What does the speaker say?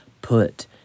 put